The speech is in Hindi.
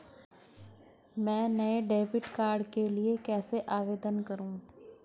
मैं नए डेबिट कार्ड के लिए कैसे आवेदन करूं?